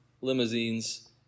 limousines